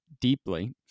deeply